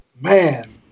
Man